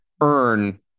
earn